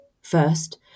First